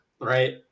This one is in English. right